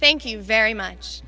thank you very much